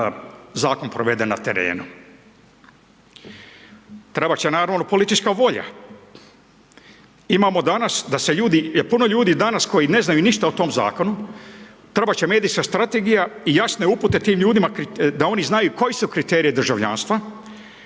Zakon provede na terenu. Trebat će, naravno, politička volja. Imamo danas da se ljudi, puno ljudi danas koji ne znaju ništa o tom Zakonu, trebat će medijska strategija i jasne upute tim ljudima da oni znaju koji su kriteriji državljanstva